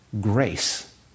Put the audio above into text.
Grace